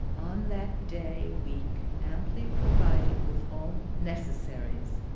on that day week, amply provided with all necessaries,